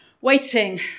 Waiting